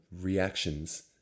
reactions